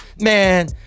man